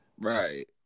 right